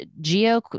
Geo